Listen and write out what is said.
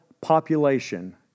population